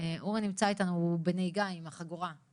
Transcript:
אורי נמצא איתנו, הוא בנהיגה עם החגורה.